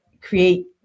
create